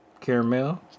Caramel